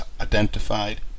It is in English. identified